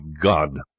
God